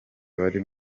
bagiye